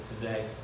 today